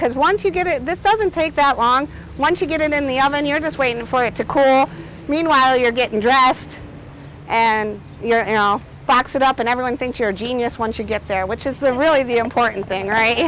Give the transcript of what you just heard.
because once you get it this doesn't take that long once you get it in the oven you're just waiting for it to read while you're getting dressed and box it up and everyone thinks you're a genius once you get there which is the really the important thing right